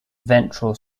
ventral